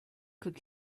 could